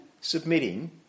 submitting